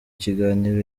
kiganiro